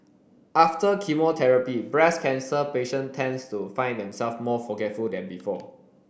after chemotherapy breast cancer patient tends to find themselves more forgetful than before